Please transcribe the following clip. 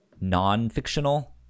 non-fictional